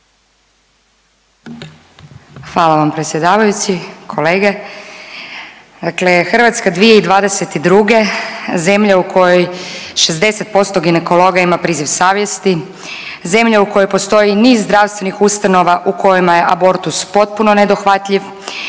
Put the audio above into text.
Hvala vam predsjedavajući, kolege. Dakle, Hrvatska 2022. zemlja u kojoj 60% ginekologa ima priziv savjesti, zemlja u kojoj postoji niz zdravstvenih ustanova u kojima je abortus potpuno nedohvatljiv